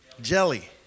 Jelly